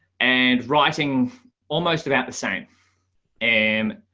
and writing almost about the same and,